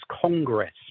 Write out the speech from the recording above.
Congress